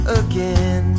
again